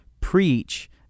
preach